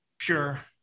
sure